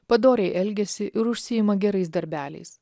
padoriai elgiasi ir užsiima gerais darbeliais